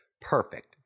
Perfect